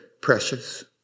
precious